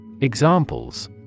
Examples